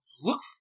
look